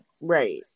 Right